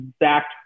exact